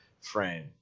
frame